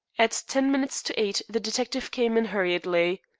at ten minutes to eight the detective came in hurriedly.